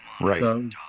Right